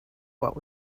what